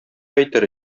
әйтер